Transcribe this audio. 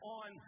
on